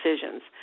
decisions